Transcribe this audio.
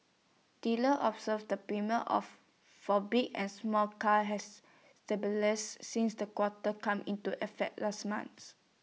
dealers observed that premiums of for big and small cars has since the quota come into effect last month